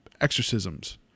exorcisms